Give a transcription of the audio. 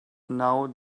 know